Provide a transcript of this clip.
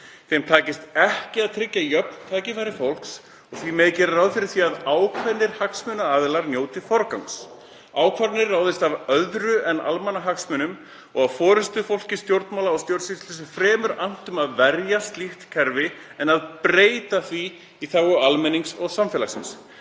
Þeim takist ekki að tryggja jöfn tækifæri fólks og því megi gera ráð fyrir því að ákveðnir hagsmunaaðilar njóti forgangs, ákvarðanir ráðist af öðru en almannahagsmunum og að forystufólki stjórnmála og stjórnsýslu sé fremur annt um að verja slíkt kerfi en að breyta því í þágu almennings og samfélagsins.“